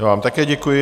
Já vám také děkuji.